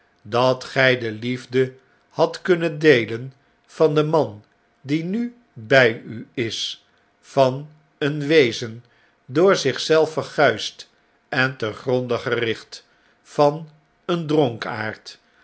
dat gij de liefde hadt kunnen deelen van den man die nu by u is van eenwezen door zich zelf verguisd en te gronde gericht van een dronkaard